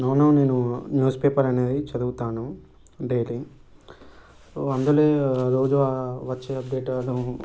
no no నేను newspaper అనేది చదువుతాను డెయిలీ అందులో రోజు వచ్చే అప్డేట్ను